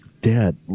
Dad